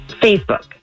Facebook